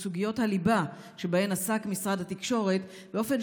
בסוגיות הליבה שבהן עסק משרד התקשורת באופן